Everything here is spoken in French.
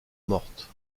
mortes